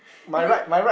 is it